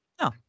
no